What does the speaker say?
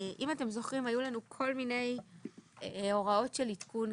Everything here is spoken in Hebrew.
אם אתם זוכרים היו לנו כל מיני הוראות של עדכון,